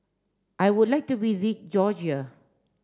I would like to visit Georgia